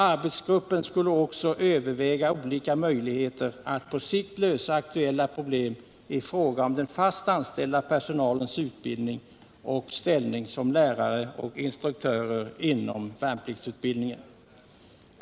Arbetsgruppen skulle också överväga olika möjligheter att på sikt lösa aktuella problem i fråga om den fast anställda personalens utbildning och ställning som lärare och instruktör inom värnpliktsutbildningen.